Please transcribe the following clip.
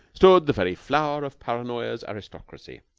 stood the very flower of paranoya's aristocracy,